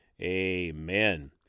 amen